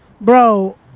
bro